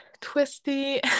twisty